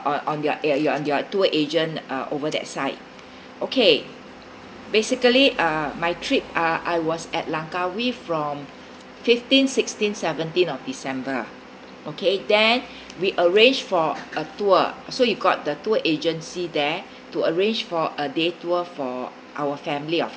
on on your your your your tour agent uh over that side okay basically uh my trip uh I was at langkawi from fifteen sixteen seventeen of december okay then we arrange for a tour so you got the tour agency there to arrange for a day tour for our family of